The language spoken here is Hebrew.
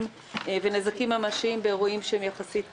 ונזקים ממשיים באירועים שהם יחסית קצרים.